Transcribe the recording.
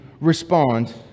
respond